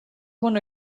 one